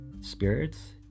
Spirits